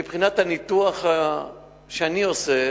מבחינת הניתוח שאני עושה,